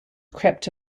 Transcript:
crept